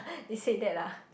you said that lah